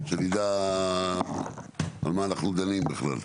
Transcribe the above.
שנדע על מה אנחנו דנים בכלל.